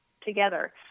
together